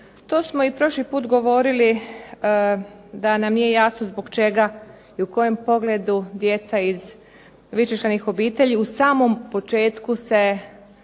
To smo i prošli put govorili da nam nije jasno zbog čega i u kojem pogledu djeca iz višečlanih obitelji u samom početku se